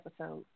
episode